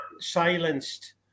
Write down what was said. silenced